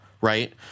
right